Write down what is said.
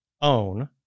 own